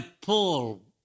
Paul